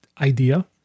idea